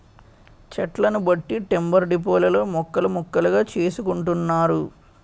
చెట్లను బట్టి టింబర్ డిపోలలో ముక్కలు ముక్కలుగా చేసుకుంటున్నారు